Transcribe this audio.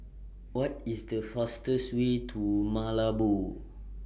What IS The fastest Way to Malabo